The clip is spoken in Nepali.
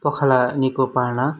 पखाला निको पार्न